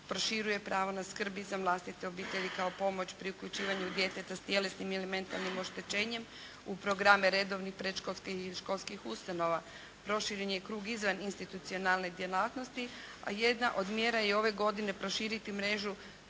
proširuje pravo na skrb izvan vlastite obitelji kao pomoć pri uključivanju djeteta s tjelesnim ili mentalnim oštećenjem u programe redovni, predškolskih i školskih ustanova. Proširen je i krug izvan institucionalne djelatnosti, a jedna od mjera je ove godine proširiti mrežu